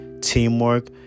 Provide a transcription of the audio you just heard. teamwork